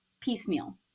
piecemeal